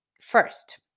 First